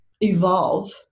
evolve